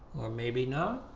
maybe not